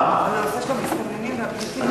על הנושא של המסתננים והפליטים?